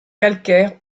calcaire